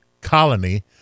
colony